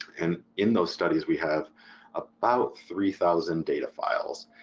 and in those studies we have about three thousand data files.